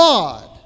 God